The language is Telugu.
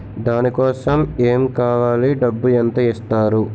దాని కోసం ఎమ్ కావాలి డబ్బు ఎంత ఇస్తారు?